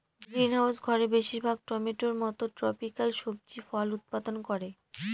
greenhouse ঘরে বেশির ভাগ টমেটোর মত ট্রপিকাল সবজি ফল উৎপাদন করে